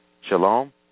Shalom